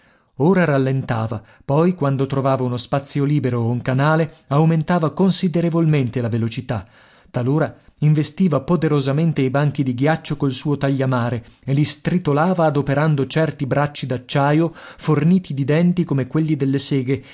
ora rallentava poi quando trovava uno spazio libero o un canale aumentava considerevolmente la velocità talora investiva poderosamente i banchi di ghiaccio col suo tagliamare e li stritolava adoperando certi bracci d'acciaio forniti di denti come quelli delle seghe